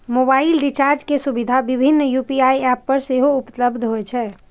mobile recharge के सुविधा विभिन्न यू.पी.आई एप पर सेहो उपलब्ध होइ छै